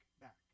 back